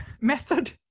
method